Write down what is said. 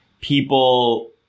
people